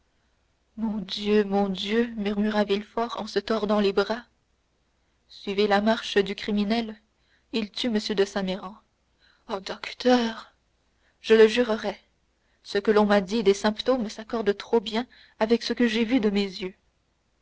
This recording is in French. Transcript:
mon dieu mon dieu murmura villefort en se tordant les bras suivez la marche du criminel il tue m de saint méran oh docteur je le jurerais ce que l'on m'a dit des symptômes s'accorde trop bien avec ce que j'ai vu de mes yeux